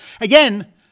again